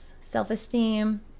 self-esteem